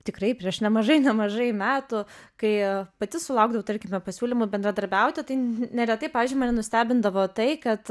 tikrai prieš nemažai nemažai metų kai pati sulaukdavau tarkime pasiūlymų bendradarbiauti tai neretai pavyzdžiui mane nustebindavo tai kad